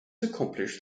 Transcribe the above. accomplished